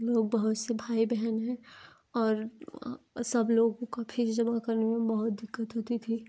लोग बहुत से भाई बहन है और सब लोगों का फीस जमा करने में बहुत दिक्कत होती थी